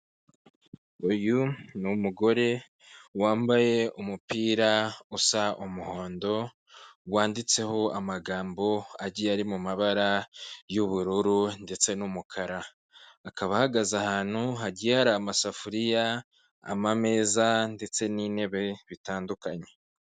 Uyu ni umugore wambaye umupira usa umuhondo, wanditseho amagambo agiye ari mumabara y'ubururu ndetse n'umukara, akaba ahagaze ahantu hagiye hari amasafuriya ameza ndetse n'intebe bitandukanye.